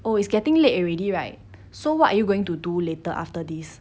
oh it's getting late already right so what are you going to do later after this